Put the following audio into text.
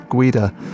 Guida